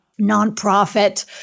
nonprofit